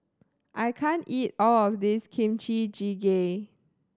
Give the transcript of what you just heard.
I can't eat all of this Kimchi Jjigae